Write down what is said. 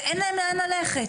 ואין להם לאן ללכת.